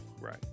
Right